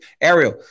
Ariel